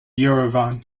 yerevan